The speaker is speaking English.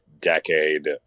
decade